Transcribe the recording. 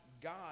God